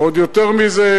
ועוד יותר מזה,